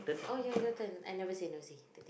oh ya your turn I never say no see